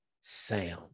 sound